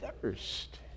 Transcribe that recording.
thirst